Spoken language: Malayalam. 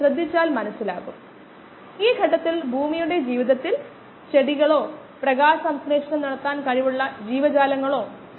ഇത് കുറയുന്നു ഇത്തരത്തിലുള്ള കോശങ്ങൾ വേഗത്തിൽ കുറയുന്നു ഇത്തരത്തിലുള്ള കോശങ്ങൾ സാവധാനത്തിൽ കുറയുന്നു പ്രവർത്തനക്ഷമമായ കോശങ്ങളുടെ സാന്ദ്രതക്കും സമയത്തിനും എതിരായി